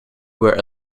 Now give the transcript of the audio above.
were